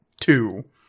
two